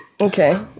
Okay